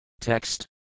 Text